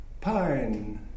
pine